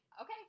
okay